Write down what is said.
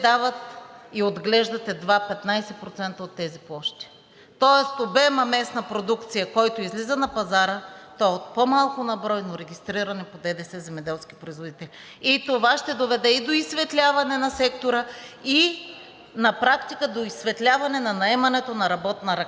и отглеждат едва 15% от тези площи, тоест обемът местна продукция, който излиза на пазара, е от по-малко на брой, но регистрирани по ДДС земеделски производители. Това ще доведе и до изсветляване на сектора, на практика и до изсветляване на наемането на работна ръка.